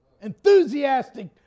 Enthusiastic